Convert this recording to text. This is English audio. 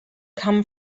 come